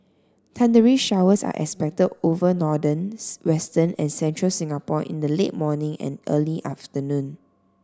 thundery showers are expected over northerns western and central Singapore in the late morning and early afternoon